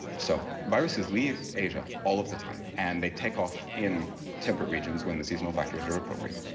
so viruses leave asia all of the time and they take off in temperate regions when the seasonal factors are appropriate.